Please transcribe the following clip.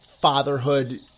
fatherhood